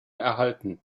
erhalten